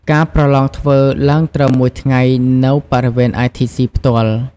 ការប្រឡងធ្វើឡើងត្រឹម មួយថ្ងៃ នៅ បរិវេណ ITC ផ្ទាល់ ។